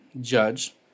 judge